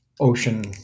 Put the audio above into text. ocean